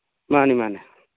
ꯃꯥꯅꯤ ꯃꯥꯅꯤ